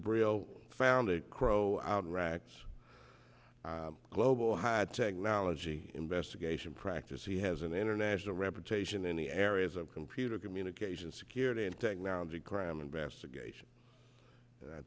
brill found a crow out in racks global high technology investigation practice he has an international reputation in the areas of computer communication security and technology crime investigation